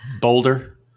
Boulder